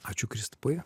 ačiū kristupai